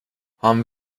han